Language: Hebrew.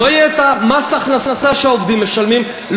לא יהיה מס ההכנסה שהעובדים משלמים,